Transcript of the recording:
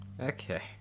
Okay